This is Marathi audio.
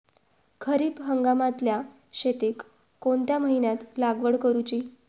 खरीप हंगामातल्या शेतीक कोणत्या महिन्यात लागवड करूची?